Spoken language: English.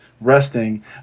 resting